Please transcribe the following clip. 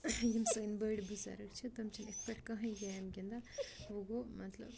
یِم سٲنۍ بٔڑۍ بُزرٕگ چھِ تِم چھِنہٕ اِتھ پٲٹھۍ کٕہٕنۍ گیم گِنٛدان وۄنۍ گوٚو مطلب